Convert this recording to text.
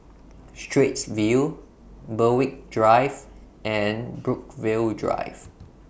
Straits View Berwick Drive and Brookvale Drive